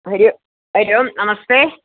हरिः ओम् हरिः ओम् नमस्ते